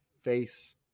face